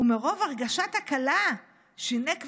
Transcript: ומרוב הרגשת הקלה שהינה,